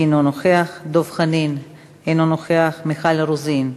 אינו נוכח, דב חנין, אינו נוכח, מיכל רוזין,